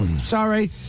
Sorry